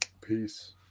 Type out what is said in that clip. Peace